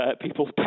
people's